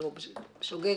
בשוגג,